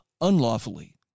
unlawfully